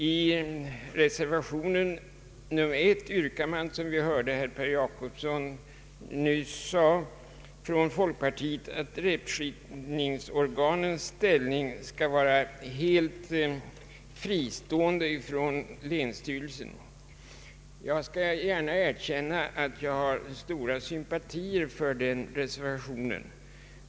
I reservation nr 1 till statsutskottets utlåtande yrkar man från folkpartiet, som vi nyss hörde herr Per Jacobsson anföra, att rättskipningsorganens ställning skall vara helt fristående från länsstyrelsen. Jag skall gärna erkänna att jag hyser stora sympatier för den reservationen.